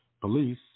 police